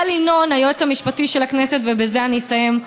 איל ינון, היועץ המשפטי של הכנסת, ובזה אני אסיים,